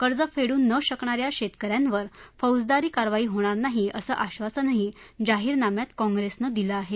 कर्ज फेड्र न शकणा या शेतक यांवर फौजदारी कारवाई होणार नाही असं आश्वासनही जाहीर नाम्यात काँप्रेसनं दिलं आहे